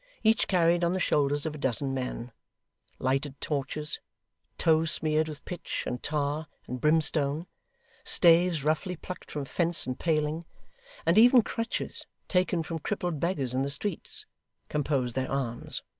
each carried on the shoulders of a dozen men lighted torches tow smeared with pitch, and tar, and brimstone staves roughly plucked from fence and paling and even crutches taken from crippled beggars in the streets composed their arms.